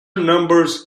numbers